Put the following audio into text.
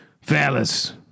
phallus